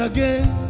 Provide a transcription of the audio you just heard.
Again